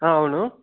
అవును